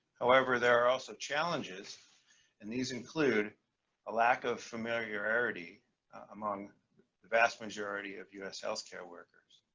however, there are also challenges and these include a lack of familiarity among the vast majority of u s. healthcare workers.